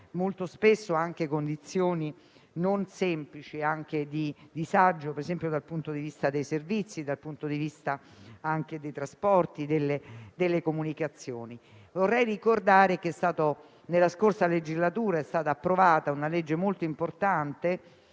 molto spesso condizioni non semplici e di disagio, ad esempio dal punto di vista dei servizi, dei trasporti e delle comunicazioni. Vorrei ricordare che nella scorsa legislatura è stata approvata una legge molto importante,